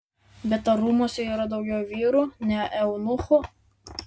bet ar rūmuose yra daugiau vyrų ne eunuchų